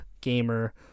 gamer